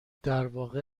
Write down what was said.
درواقع